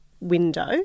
window